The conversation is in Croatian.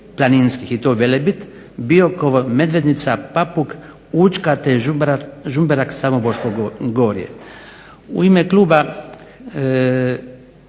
i to Velebit, Biokovo, Medvednica, Papuk, Učka, te Žumberak Samoborsko gorje. U ime kluba